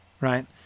right